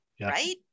right